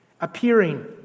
appearing